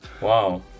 Wow